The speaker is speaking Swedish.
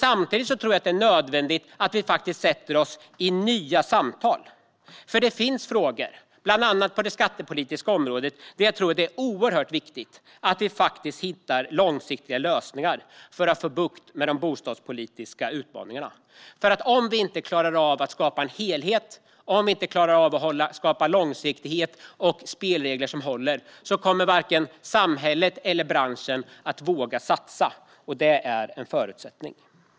Samtidigt tror jag att det är nödvändigt att vi sätter oss i nya samtal, för det finns frågor på bland annat det skattepolitiska området där jag tror att det är oerhört viktigt att vi hittar långsiktiga lösningar för att få bukt med de bostadspolitiska utmaningarna. Om vi inte klarar av att skapa helhet, långsiktighet och spelregler som håller kommer varken samhället eller branschen att våga satsa, vilket är en förutsättning.